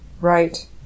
Right